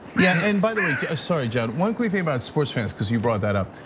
yeah, and by the way, sorry john, one quick thing about sports fans cuz you brought that up.